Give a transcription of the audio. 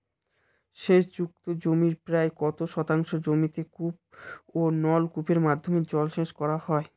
সেচ যুক্ত জমির প্রায় কত শতাংশ জমিতে কূপ ও নলকূপের মাধ্যমে জলসেচ করা হয়?